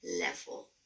level